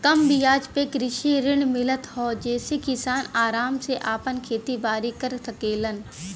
कम बियाज पे कृषि ऋण मिलत हौ जेसे किसान आराम से आपन खेती बारी कर सकेलन